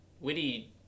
witty